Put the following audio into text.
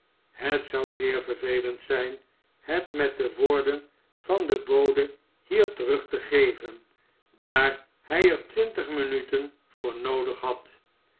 het zou zeer vervelend zijn het met de woorden van den bode hier terug te geven daar hij er twintig minuten voor noodig had